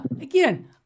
again